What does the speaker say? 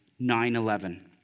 9-11